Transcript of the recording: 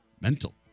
mental